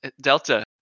Delta